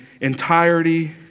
entirety